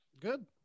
Good